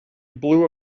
blow